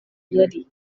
yari